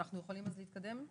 אנחנו יכולים להתקדם?